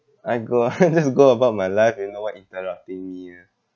I go I just go about my life with no one interrupting me ah